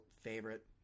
favorite